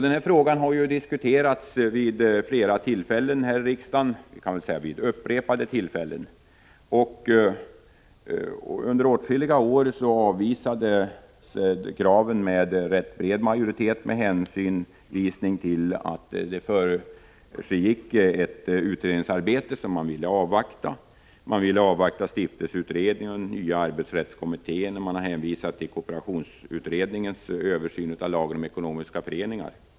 Denna fråga har diskuterats vid upprepade tillfällen här i riksdagen. Under åtskilliga år avvisades de krav som framfördes med ganska bred majoritet med hänvisning till att man ville avvakta det utredningsarbete som pågick. Bl.a. ville man avvakta stiftelseutredningen och nya arbetsrättskommittén, och man har också hänvisat till kooperationsutredningens översyn av lagen om ekonomiska föreningar.